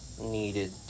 needed